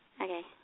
Okay